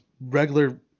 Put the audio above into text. regular